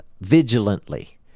vigilantly